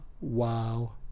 wow